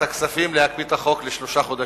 הכספים להקפיא את החוק לשלושה חודשים.